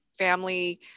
Family